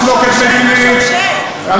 מחלוקת מדינית,